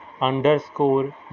underscore